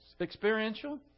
Experiential